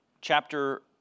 chapter